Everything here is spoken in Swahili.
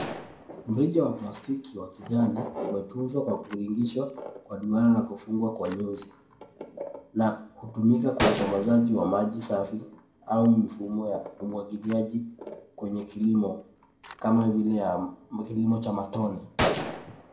Mrija wa plastiki wa kijani umetunzwa kwa kuvingirishwa kwa duara na kufungwa kwa nyuzi na kutumika kwa usambazaji wa maji safi au mifumo ya umwagiliaji kwenye kilimo kama vile ya kilimo cha matone.